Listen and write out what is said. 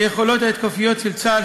היכולות ההתקפיות של צה"ל,